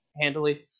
handily